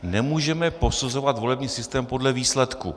Nemůžeme posuzovat volební systém podle výsledku.